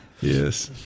Yes